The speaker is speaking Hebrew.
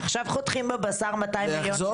עכשיו חותכים בבשר 200 מיליון ₪.